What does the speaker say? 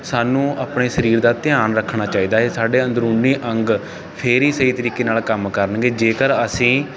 ਸਾਨੂੰ ਆਪਣੇ ਸਰੀਰ ਦਾ ਧਿਆਨ ਰੱਖਣਾ ਚਾਹੀਦਾ ਹੈ ਸਾਡੇ ਅੰਦਰੂਨੀ ਅੰਗ ਫਿਰ ਹੀ ਸਹੀ ਤਰੀਕੇ ਨਾਲ ਕੰਮ ਕਰਨਗੇ ਜੇਕਰ ਅਸੀਂ